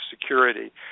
security